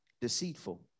deceitful